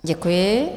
Děkuji.